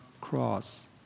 cross